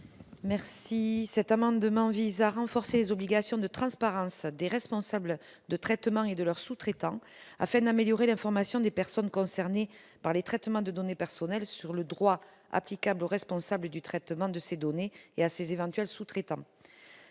Carrère. Cet amendement vise à renforcer les obligations de transparence des responsables de traitement et de leurs sous-traitants, afin d'améliorer l'information des personnes concernées par les traitements de données personnelles sur le droit applicable au responsable du traitement de ces données et à ses éventuels sous-traitants.